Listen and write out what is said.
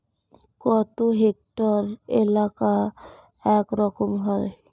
কত হেক্টর এলাকা এক একর হয়?